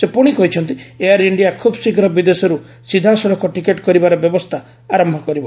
ସେ ପୁଣି କହିଛନ୍ତି ଏୟାର୍ ଇଣ୍ଡିଆ ଖୁବ୍ ଶୀଘ୍ର ବିଦେଶରୁ ସିଧାସଳଖ ଟିକେଟ୍ କରିବାର ବ୍ୟବସ୍ଥା ଆରମ୍ଭ କରିବ